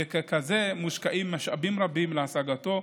וככזה, מושקעים משאבים רבים להשגתו.